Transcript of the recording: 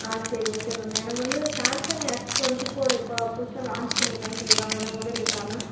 ஆ சரி okay ma'am எனக்கு வந்து சாம்சங் எஸ் டுவென்ட்டி ஃபோர் இப்போது புதுசாக லாஞ்ச் பண்ணியிருக்காங்கனு சொல்லியிருக்காங்க அந்த மொபைல் இருக்கா மேம்